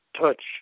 touch